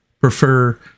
prefer